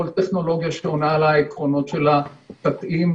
עוד טכנולוגיה שעונה לעקרונות של הדתיים.